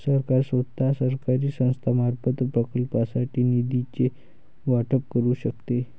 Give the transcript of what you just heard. सरकार स्वतः, सरकारी संस्थांमार्फत, प्रकल्पांसाठी निधीचे वाटप करू शकते